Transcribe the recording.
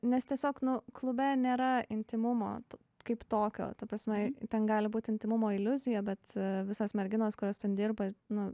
nes tiesiog nu klube nėra intymumo kaip tokio ta prasme ten gali būti intymumo iliuzija bet visos merginos kurios ten dirba nu